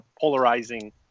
polarizing